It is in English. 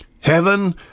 heaven